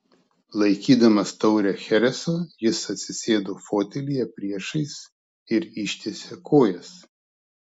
laikydamas taurę chereso jis atsisėdo fotelyje priešais ir ištiesė kojas